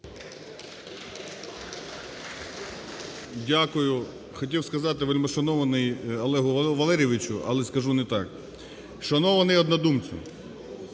Дякую. Хотів сказати, вельмишановний Олегу Валерійовичу, але скажу не так. Шанований однодумцю,